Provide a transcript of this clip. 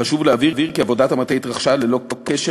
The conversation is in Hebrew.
חשוב להבהיר כי עבודת המטה התרחשה ללא קשר